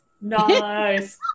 Nice